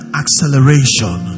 acceleration